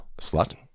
slut